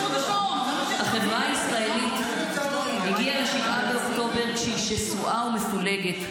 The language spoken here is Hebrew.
החברה הישראלית הגיעה ל-7 באוקטובר כשהיא שסועה ומפולגת.